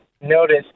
notice